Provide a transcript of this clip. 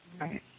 Right